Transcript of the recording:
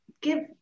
give